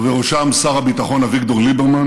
ובראשם שר הביטחון אביגדור ליברמן